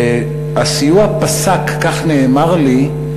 הסיוע פסק, כך נאמר לי,